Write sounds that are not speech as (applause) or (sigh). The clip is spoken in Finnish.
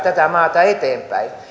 (unintelligible) tätä maata eteenpäin